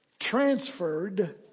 transferred